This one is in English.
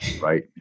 Right